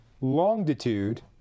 longitude